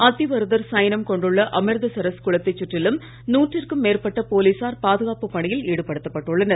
அத்திவரதர் சயனம் கொண்டுள்ள அமிர்தசரஸ் குளத்தைச் சுற்றிலும் நூற்றுக்கும் மேற்பட்ட போலீசார் பாதுகாப்புப் பணியில் ஈடுபடுத்தப் பட்டுள்ளனர்